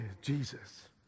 Jesus